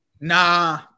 Nah